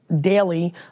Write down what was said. daily